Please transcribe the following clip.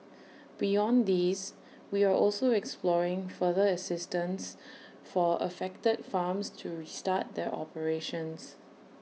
beyond these we are also exploring further assistance for affected farms to restart their operations